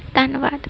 ਧੰਨਵਾਦ